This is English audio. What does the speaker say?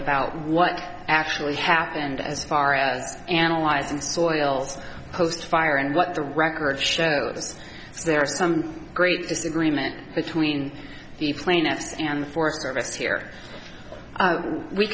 about what actually happened as far as analyzing soils post fire and what the record shows there are some great disagreement between the plaintiffs and the forest service here we